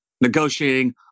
negotiating